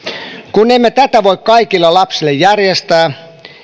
kun emme tätä voi kaikille lapsille järjestää